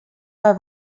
pas